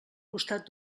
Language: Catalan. costat